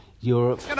Europe